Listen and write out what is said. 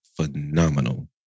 phenomenal